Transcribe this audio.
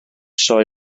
sioe